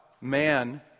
man